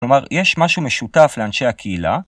‫כלומר, יש משהו משותף לאנשי הקהילה.